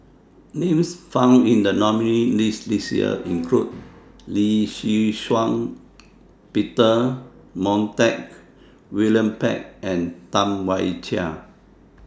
Names found in The nominees' list This Year include Lee Shih Shiong Peter Montague William Pett and Tam Wai Jia